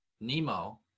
Nemo